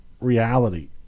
reality